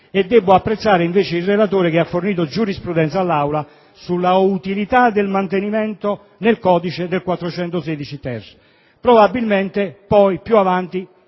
Debbo apprezzare invece il relatore che ha fornito giurisprudenza all'Aula sull'utilità del mantenimento nel codice dell'articolo 416-*ter*. Probabilmente più avanti